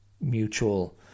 mutual